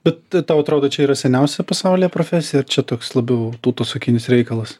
bet tau atrodo čia yra seniausia pasaulyje profesija ar čia toks labiau tautosakinis reikalas